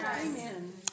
Amen